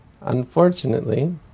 Unfortunately